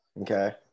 okay